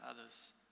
others